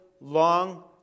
long